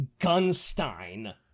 Gunstein